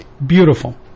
Beautiful